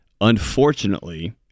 Unfortunately